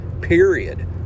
period